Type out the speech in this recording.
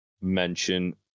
mention